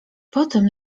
potem